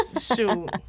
Shoot